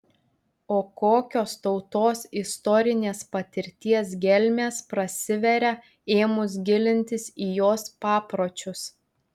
o kokios tautos istorinės patirties gelmės prasiveria ėmus gilintis į jos papročius